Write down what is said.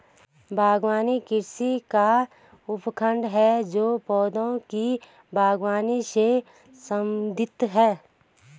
बागवानी कृषि का उपखंड है जो पौधों की बागवानी से संबंधित है